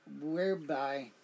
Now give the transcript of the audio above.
whereby